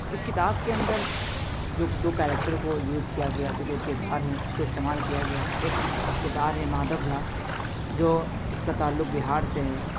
اس کتاب کے اندر جو دو کیرکٹر کو یوز کیا گیا جو دو کردار ہیں اس کو استعمال کیا گیا ایک کردار ہے مادھو جھا جو جس کا تعلق بہار سے ہے